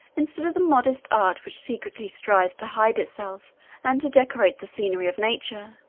instead of the modest art which secretly strives to hide itself and to decorate the scenery of nature,